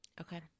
Okay